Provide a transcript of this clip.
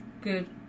good